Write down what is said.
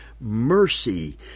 mercy